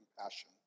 compassion